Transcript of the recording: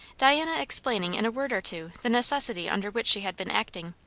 diana explaining in a word or two the necessity under which she had been acting.